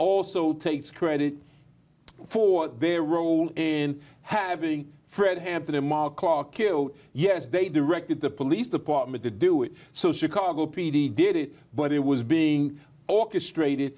also takes credit for their role in having fred hampton and mark clark killed yes they directed the police department to do it so chicago p d did it but it was being orchestrated